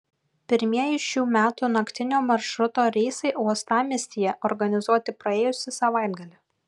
pirmieji šių metų naktinio maršruto reisai uostamiestyje organizuoti praėjusį savaitgalį